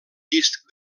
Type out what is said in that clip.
disc